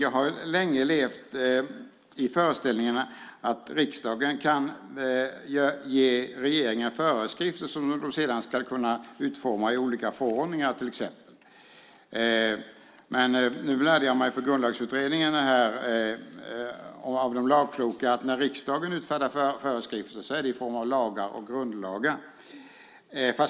Jag har länge levt i föreställningen att riksdagen kan ge regeringen föreskrifter som den sedan ska kunna utforma i olika förordningar till exempel. Men nu lärde jag mig i Grundlagsutredningen av de lagkloka att när riksdagen utfärdar föreskrifter är det i form av lagar och grundlagar.